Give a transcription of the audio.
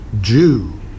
Jew